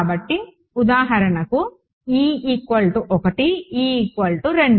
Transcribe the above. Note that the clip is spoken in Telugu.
కాబట్టి ఉదాహరణకు ఇది e 1 e 2